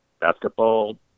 basketball